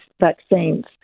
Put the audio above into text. vaccines